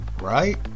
right